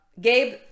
Gabe